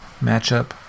matchup